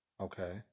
okay